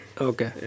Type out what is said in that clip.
Okay